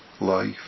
life